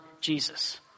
Jesus